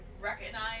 recognize